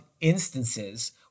instances